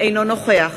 אינו נוכח